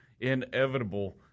inevitable